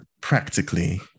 practically